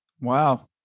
wow